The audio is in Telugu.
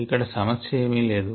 ఇక్కడ సమస్య ఏమి లేదు